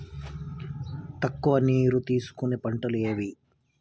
తక్కువ నీరు తీసుకునే పంటలు ఏవి?